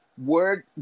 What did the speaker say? word